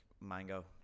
Mango